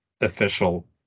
official